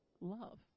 love